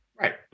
Right